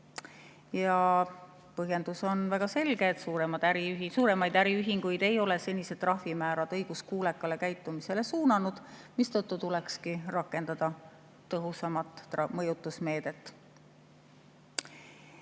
Ja põhjendus on väga selge: suuremaid äriühinguid ei ole senised trahvimäärad õiguskuulekale käitumisele suunanud, mistõttu tuleks rakendada tõhusamat mõjutusmeedet.